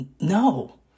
No